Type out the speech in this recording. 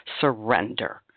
surrender